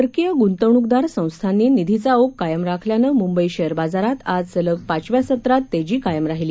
परकीय गुंतवणूकदार संस्थांनी निधीचा ओघ कायम राखल्यानं मुंबई शेअर बाजारात आज सलग पाचव्या सत्रात तेजी कायम राहिली